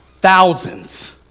thousands